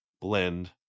blend